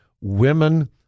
women